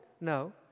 No